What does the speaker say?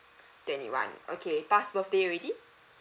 twenty one okay pass birthday already